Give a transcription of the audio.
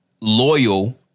loyal